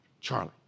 Charlie